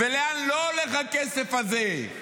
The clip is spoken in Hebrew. ולאן לא הולך הכסף הזה?